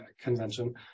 Convention